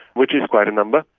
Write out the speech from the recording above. which is quite a number.